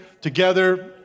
together